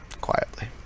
quietly